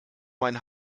mein